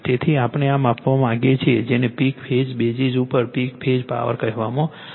તેથી આપણે માપવા માંગીએ છીએ જેને પીક ફેઝ બેઝિસ ઉપર પીક ફેઝ પાવર કહેવામાં આવે છે